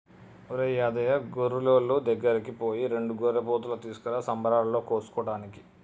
ఒరేయ్ యాదయ్య గొర్రులోళ్ళ దగ్గరికి పోయి రెండు గొర్రెపోతులు తీసుకురా సంబరాలలో కోసుకోటానికి